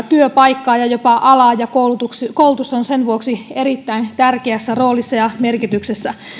työpaikkaa ja alaa ja koulutus on sen takia erittäin tärkeässä roolissa ja merkityksessä